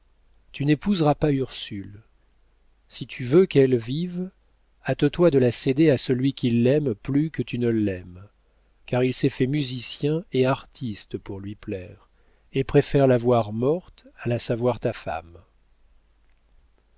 tu n'épouseras pas ursule si tu veux qu'elle vive hâte-toi de la céder à celui qui l'aime plus que tu ne l'aimes car il s'est fait musicien et artiste pour lui plaire et préfère la voir morte à la savoir ta femme